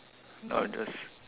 no just